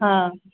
हँ